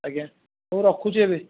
ଆଜ୍ଞା ହୋଉ ରଖୁଛି ଏବେ